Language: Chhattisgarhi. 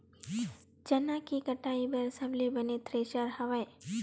चना के कटाई बर सबले बने थ्रेसर हवय?